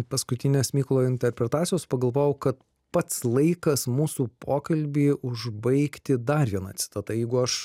paskutinės mykolo interpretacijos pagalvojau kad pats laikas mūsų pokalbį užbaigti dar viena citata jeigu aš